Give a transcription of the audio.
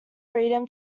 freedom